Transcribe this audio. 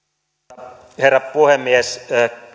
arvoisa herra puhemies